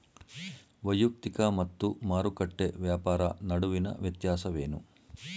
ವೈಯಕ್ತಿಕ ಮತ್ತು ಮಾರುಕಟ್ಟೆ ವ್ಯಾಪಾರ ನಡುವಿನ ವ್ಯತ್ಯಾಸವೇನು?